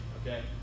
okay